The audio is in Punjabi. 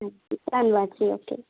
ਹਾਂਜੀ ਧੰਨਵਾਦ ਜੀ ਓਕੇ